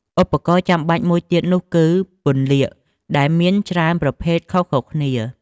ឧបករណ៍ចាំបាច់មួយទៀតនោះគឺ ពន្លាកដែលមានច្រើនប្រភេទខុសៗគ្នា។